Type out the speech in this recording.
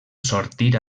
sortir